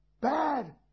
Bad